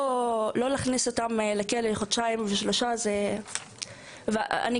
לא להכניס אנשים לכלא לחודשיים או שלושה ואז כאילו כלום.